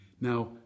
Now